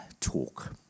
talk